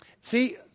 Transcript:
See